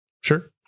Sure